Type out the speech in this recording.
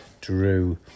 drew